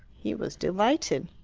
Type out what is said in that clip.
he was delighted.